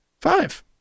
Five